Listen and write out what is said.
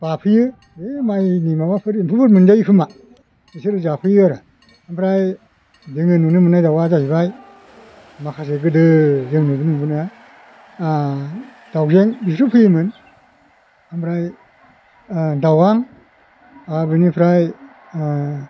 बाफैयो बै माइनि माबाफोर एम्फौफोर मोनजायो खोमा बिसोर जाफैयो आरो ओमफ्राय जोङो नुनो मोनै दाउआ जाहैबाय माखासे गोदो जों नुबोनाय नुबोनाया दाउजें बिसोर फैयोमोन ओमफ्राय दावां आरो बिनिफ्राय